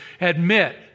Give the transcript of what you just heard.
admit